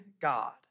God